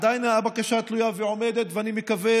הבקשה עדיין תלויה ועומדת, ואני מקווה